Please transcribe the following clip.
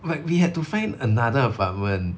like we had to find another apartment